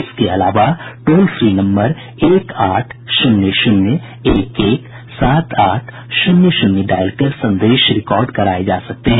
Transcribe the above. इसके अलावा toll free number एक आठ शून्य शून्य एक एक सात आठ शून्य शून्य डायल कर संदेश रिकॉर्ड कराये जा सकते हैं